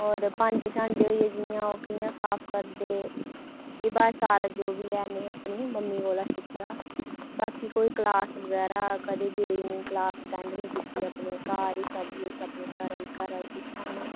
होर भांडे शांडे होई ए जि'यां ओह् कि'यां साफ करदे एह् बस सारा जो बी ऐ में अपनी मम्मी कोला सिक्खे दा बाकी कोई क्लास बगैरा कदें गेई निं क्लास अटैंड निं कीती अपने घर सब कुछ अपने घरां ई सिक्खेआ में